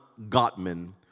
Gottman